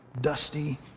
dusty